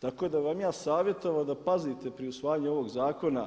Tako da bi vam ja savjetovao da pazite pri usvajanju ovog zakona,